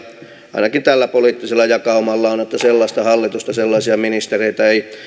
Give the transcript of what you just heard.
ainakin tällä poliittisella jakaumalla on että sellaista hallitusta sellaisia ministereitä ei